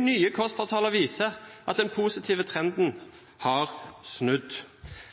nye KOSTRA-tallene viser at den positive trenden har snudd.